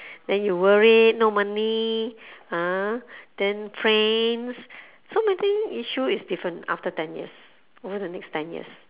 then you worried no money ah then friends so many issue is different after ten years over the next ten years